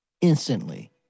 instantly